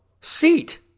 seat